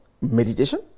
meditation